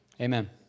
Amen